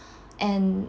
and